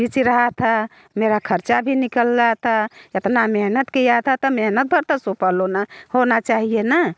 बीच रहा था मेरा ख़र्च भी निकलना था इतना मेहनत किया था तो मेहनत पर तो सफल होना होना चाहिए ना